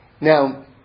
Now